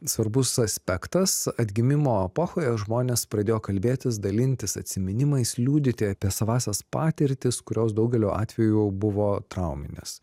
svarbus aspektas atgimimo epochoje žmonės pradėjo kalbėtis dalintis atsiminimais liudyti apie savąsias patirtis kurios daugeliu atvejų buvo trauminės